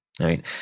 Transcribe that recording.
right